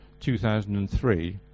2003